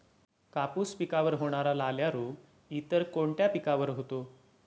कापूस पिकावर होणारा लाल्या रोग इतर कोणत्या पिकावर होतो?